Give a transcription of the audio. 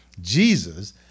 Jesus